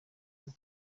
ihe